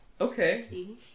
Okay